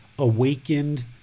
awakened